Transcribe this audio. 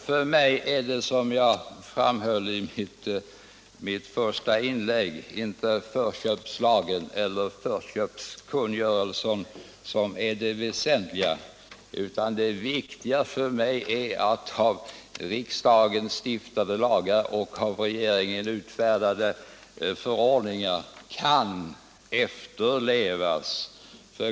För mig är det, som jag framhöll i mitt första inlägg, inte förköpslagen eller förköpskungörelsen som är det väsentliga, utan det viktiga för mig är att av riksdagen stiftade lagar och av regeringen utfärdade förordningar kan efterlevas.